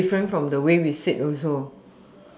so different from the way we sit also